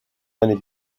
many